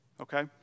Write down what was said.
okay